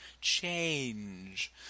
change